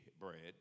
bread